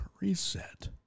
Reset